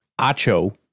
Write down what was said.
Acho